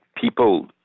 people